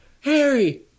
Harry